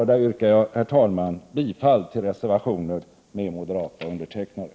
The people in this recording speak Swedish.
Med det anförda yrkar jag bifall till reservationerna med moderata undertecknare.